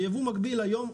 יבוא מקביל היום,